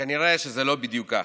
שכנראה שזה לא בדיוק כך.